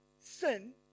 sin